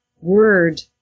word